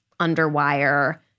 underwire